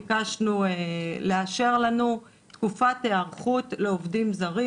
ביקשנו לאשר לנו תקופת היערכות לעובדים זרים